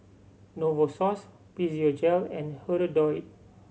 Novosource Physiogel and Hirudoid